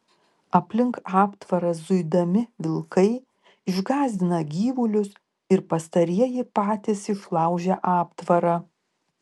aplink aptvarą zuidami vilkai išgąsdina gyvulius ir pastarieji patys išlaužia aptvarą